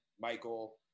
michael